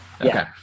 Okay